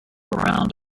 around